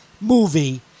movie